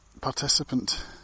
participant